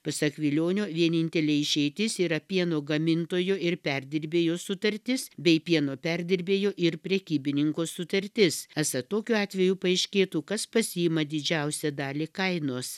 pasak vilionio vienintelė išeitis yra pieno gamintojo ir perdirbėjo sutartis bei pieno perdirbėjo ir prekybininko sutartis esą tokiu atveju paaiškėtų kas pasiima didžiausią dalį kainos